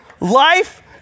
Life